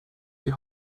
die